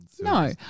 No